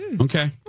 Okay